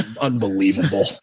Unbelievable